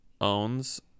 owns